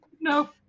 No